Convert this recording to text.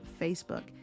Facebook